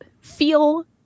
feel